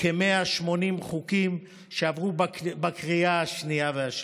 כיו"ר כ-180 חוקים שעברו בקריאה השנייה והשלישית.